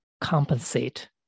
compensate